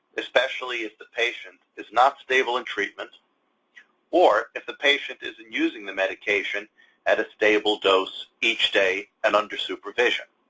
especially if the patient is not stable in treatment or if the patient isn't using the medication at a stable dose each day and under supervision.